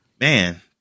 Man